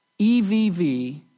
EVV